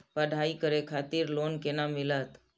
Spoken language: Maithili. पढ़ाई करे खातिर लोन केना मिलत?